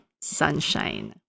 sunshine